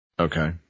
okay